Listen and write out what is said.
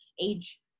age